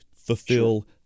fulfill